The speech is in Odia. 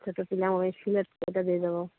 ଛୋଟ ପିଲାଙ୍କ ପାଇଁ ସିଲଟ୍ କେଇଟା ଦେଇଦବ